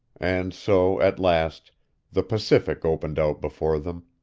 and so at last the pacific opened out before them,